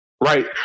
right